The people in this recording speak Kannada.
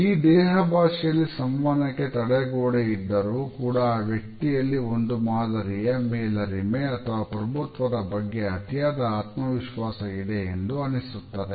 ಈ ದೇಹ ಭಾಷೆಯಲ್ಲಿ ಸಂವಹನಕ್ಕೆ ತಡೆಗೋಡೆ ಇದ್ದರೂ ಕೂಡ ಆ ವ್ಯಕ್ತಿಯಲ್ಲಿ ಒಂದು ಮಾದರಿಯ ಮೇಲರಿಮೆ ಅಥವಾ ಪ್ರಭುತ್ವದ ಬಗ್ಗೆ ಅತಿಯಾದ ಆತ್ಮವಿಶ್ವಾಸ ಇದೆ ಎಂದು ಅನಿಸುತ್ತದೆ